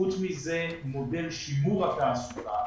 חוץ מזה, מודל שימור התעסוקה